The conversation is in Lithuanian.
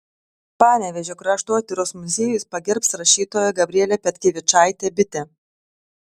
panevėžio kraštotyros muziejus pagerbs rašytoją gabrielę petkevičaitę bitę